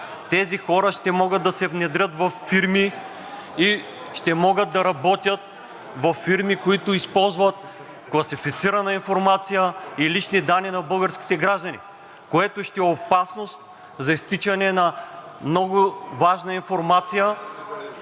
Тези хора ще могат да се внедрят във фирми и ще могат да работят във фирми, които използват класифицирана информация и лични данни на българските граждани, което ще е опасност за изтичане на много важна информация